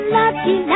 lucky